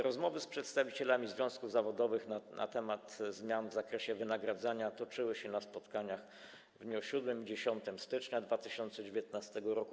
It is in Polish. Rozmowy z przedstawicielami związków zawodowych na temat zmian w zakresie wynagradzania toczyły się na spotkaniach 7 i 10 stycznia 2019 r.